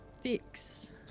fix